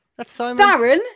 Darren